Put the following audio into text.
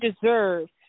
deserve